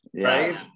right